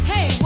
Hey